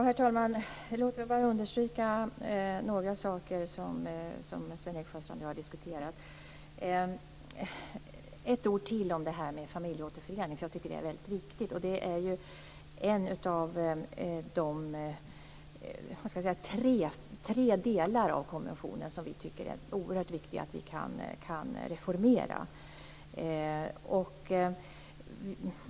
Herr talman! Låt mig bara understryka några saker som Sven-Erik Sjöstrand och jag har diskuterat. Ett ord till om det här med familjeåterförening. Det tycker jag är väldigt viktigt. Det är ju en av de tre delar av konventionen som vi tycker att det är oerhört viktigt att vi kan reformera.